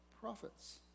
prophets